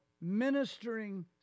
ministering